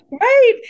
Right